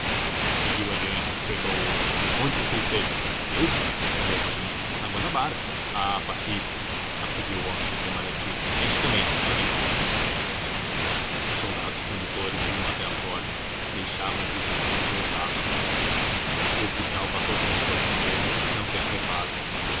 seguiu adiante e despertou outro onde você esteve eu respondeu o marinheiro na guanabara ah patife acudiu o homem do itamarati este também levem os soldados condutores iam até à porta deixavam o prisioneiro e voltavam o oficial passou por uma porção deles e não fez reparo